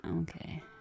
okay